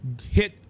hit